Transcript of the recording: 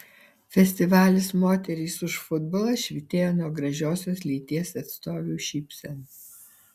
festivalis moterys už futbolą švytėjo nuo gražiosios lyties atstovių šypsenų